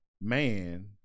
man